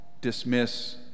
dismiss